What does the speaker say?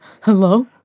Hello